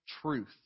truth